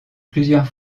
plusieurs